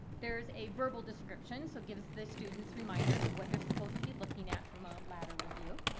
there's a verbal description. so it gives the students reminders of what they're supposed to be looking at from a lateral view.